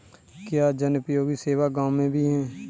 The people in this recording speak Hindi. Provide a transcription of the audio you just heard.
क्या जनोपयोगी सेवा गाँव में भी है?